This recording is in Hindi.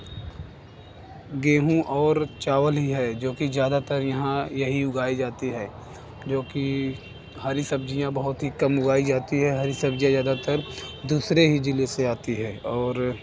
गेहूं और चावल ही है जो कि ज़्यादातर यहाँ यही उगाई जाती है जो कि हरी सब्ज़ियाँ बहुत ही कम उगाई जाती है हरी सब्ज़ियाँ ज़्यादातर दूसरे ही ज़िले से आती है और